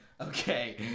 okay